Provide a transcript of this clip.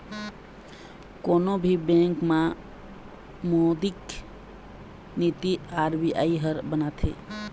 कोनो भी बेंक बर मोद्रिक नीति आर.बी.आई ह बनाथे